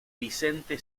vicente